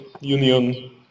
Union